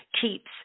keeps